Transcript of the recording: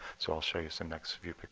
so i'll show you some next few